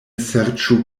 serĉu